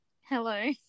Hello